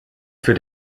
für